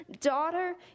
daughter